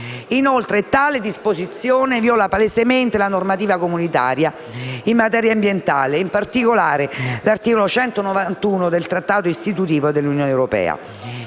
Inoltre, tale disposizione viola palesemente la normativa comunitaria in materia ambientale e, in particolare, con l'articolo 191 del Trattato istitutivo dell'Unione europea